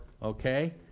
okay